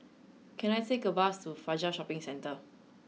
can I take a bus to Fajar Shopping Centre